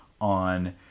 on